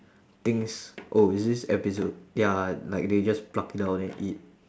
thinks oh is this ya like they just pluck it out and eat